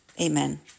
Amen